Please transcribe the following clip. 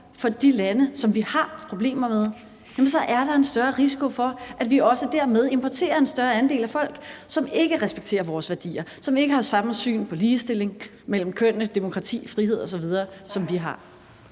for de lande, som vi har problemer med, er der en større risiko for, at vi også dermed importerer en større andel af folk, som ikke respekterer vores værdier, som ikke har samme syn på ligestilling mellem kønnene, demokrati, frihed osv., som vi har.